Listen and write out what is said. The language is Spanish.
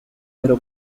pero